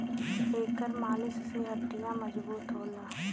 एकर मालिश से हड्डीयों मजबूत होला